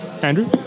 Andrew